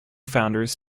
founders